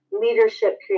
leadership